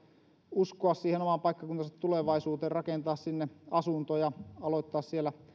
uskoa oman paikkakuntansa tulevaisuuteen rakentaa sinne asuntoja aloittaa siellä